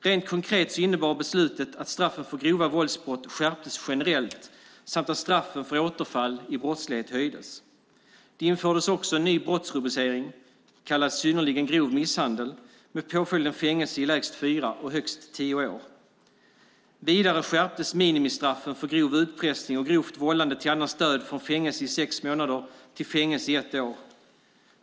Beslutet innebar rent konkret att straffen för grova våldsbrott skärptes generellt samt att straffen för återfall i brottslighet höjdes. Det infördes också en ny brottsrubricering - synnerligen grov misshandel - med påföljden fängelse i lägst fyra och högst tio år. Vidare skärptes minimistraffen för grov utpressning och grovt vållande till annans död från fängelse i sex månader till fängelse i ett år.